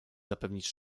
zapewnić